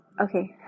Okay